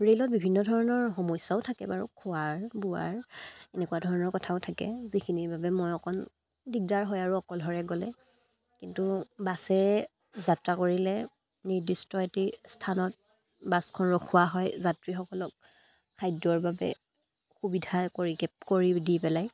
ৰে'লত বিভিন্ন ধৰণৰ সমস্যাও থাকে বাৰু খোৱাৰ বোৱাৰ এনেকুৱা ধৰণৰ কথাও থাকে যিখিনিৰ বাবে মই অকণ দিগদাৰ হয় আৰু অকলশৰে গ'লে কিন্তু বাছেৰে যাত্ৰা কৰিলে নিৰ্দিষ্ট এটি স্থানত বাছখন ৰখোৱা হয় যাত্ৰীসকলক খাদ্যৰ বাবে সুবিধা কৰিকে কৰি দি পেলাই